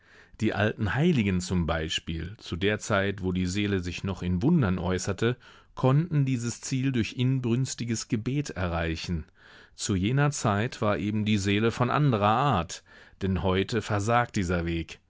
die alten heiligen zum beispiel zu der zeit wo die seele sich noch in wundern äußerte konnten dieses ziel durch inbrünstiges gebet erreichen zu jener zeit war eben die seele von anderer art denn heute versagt dieser weg